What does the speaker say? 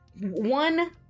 one